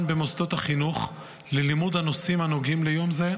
במוסדות החינוך ללימוד הנושאים הנוגעים ליום זה,